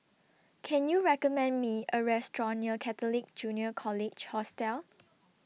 Can YOU recommend Me A Restaurant near Catholic Junior College Hostel